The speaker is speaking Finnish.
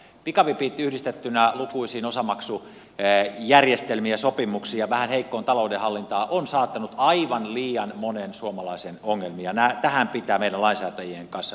pikavipit yhdistettynä lukuisiin osamaksujärjestelmiin ja sopimuksiin ja vähän heikkoon taloudenhallintaan on saattanut aivan liian monen suomalaisen ongelmiin ja tähän pitää meidän lainsäätäjien kanssa puuttua